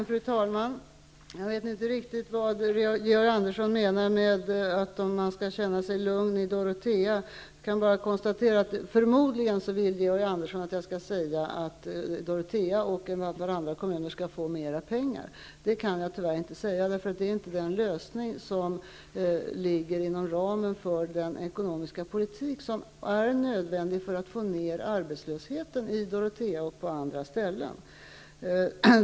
Fru talman! Jag vet inte riktigt vad Georg Andersson menar med att man skall känna sig lugn i Dorotea. Jag kan bara konstatera att Georg Andersson förmodligen vill att jag skall säga att Dorotea och ett antal andra kommuner skall få mera pengar. Det kan jag tyvärr inte göra -- den lösningen ligger inte inom ramen för den ekonomiska politik som är nödvändig för att få ned arbetslösheten i Dorotea och på andra ställen.